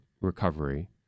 recovery